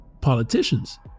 politicians